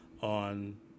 on